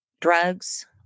drugs